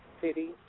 city